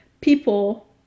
people